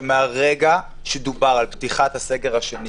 מרגע שדובר על פתיחת הסגר השני